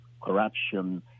corruption